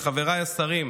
לחבריי השרים,